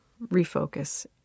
refocus